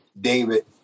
David